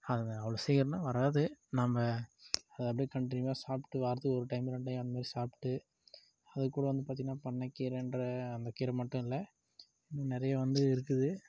அது அவ்வளோ சீக்கிரமாக வராது நம்ம அதை அப்படியே கண்டினியூவாக சாப்பிட்டு வாரத்துக்கு ஒரு டைம் ரெண்டு டைம் அந்த மாதிரி சாப்பிட்டு அது கூட வந்து பார்த்திங்னா பண்ணை கீரைன்ற அந்த கீரை மட்டும் இல்லை நிறைய வந்து இருக்குது